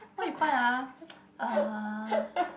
what you call that ah uh